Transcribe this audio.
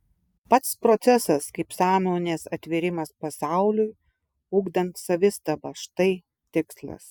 pats procesas kaip sąmonės atvėrimas pasauliui ugdant savistabą štai tikslas